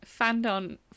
fandom